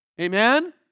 Amen